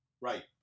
Right